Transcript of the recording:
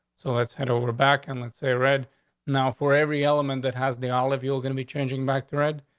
so let's head over back and let's say red now. for every element that has the olive, you're gonna be changing back to read.